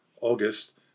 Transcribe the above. August